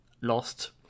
Lost